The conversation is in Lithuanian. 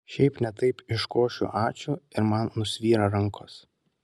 šiaip ne taip iškošiu ačiū ir man nusvyra rankos